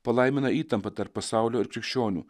palaimina įtampą tarp pasaulio ir krikščionių